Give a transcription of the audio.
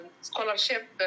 scholarship